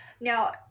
Now